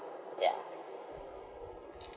ya